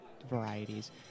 varieties